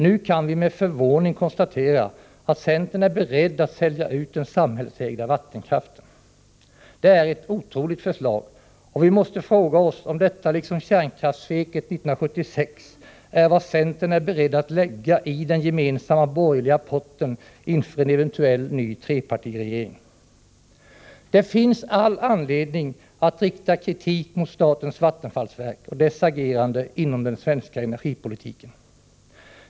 Nu kan vi med förvåning konstatera att centern är beredd att sälja ut den samhällsägda vattenkraften. Det är ett otroligt förslag, och vi måste fråga oss om detta liksom kärnkraftssveket 1976 är vad centern är beredd att lägga i den gemensamma borgerliga potten inför en eventuell ny trepartiregering. Det finns all anledning att rikta kritik mot statens vattenfallsverk och dess agerande inom den svenska energipolitiken.